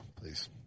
please